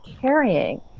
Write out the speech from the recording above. carrying